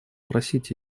просить